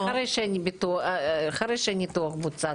אחרי שהניתוח בוצע,